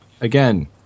again